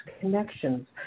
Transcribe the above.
connections